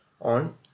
on